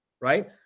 Right